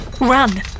Run